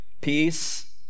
peace